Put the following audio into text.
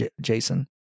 Jason